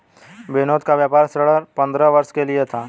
विनोद का व्यापार ऋण पंद्रह वर्ष के लिए था